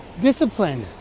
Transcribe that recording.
Discipline